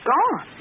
Gone